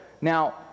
Now